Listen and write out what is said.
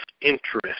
interest